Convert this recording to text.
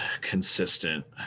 consistent